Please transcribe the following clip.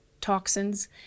toxins